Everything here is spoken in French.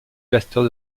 pasteur